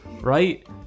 right